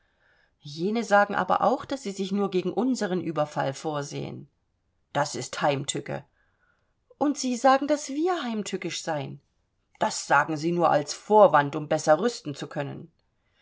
jene sagen aber auch daß sie sich nur gegen unseren überfall vorsehen das ist heimtücke und sie sagen daß wir heimtückisch seien das sagen sie nur als vorwand um besser rüsten zu können